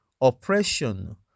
oppression